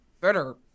better